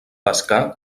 pescar